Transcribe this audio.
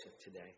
today